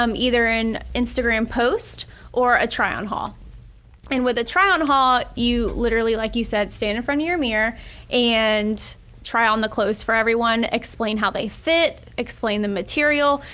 um either an instagram post or a try-on haul and with a try-on haul, you literally like you said stand in front of your mirror and try on the clothes for everyone, explain how they fit, explain the material.